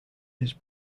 his